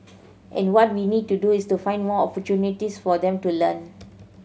and what we need to do is to find more opportunities for them to learn